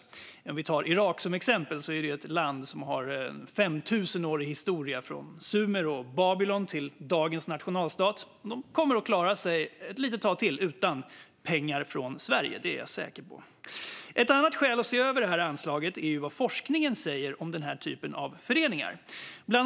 För att ta Irak som exempel är det ett land som har en femtusenårig historia från Sumer och Babylon till dagens nationalstat. De kommer att klara sig ett litet tag till utan pengar från Sverige, det är jag säker på. Ett annat skäl att se över det här anslaget är vad forskningen säger om den här typen av föreningar.